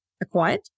acquired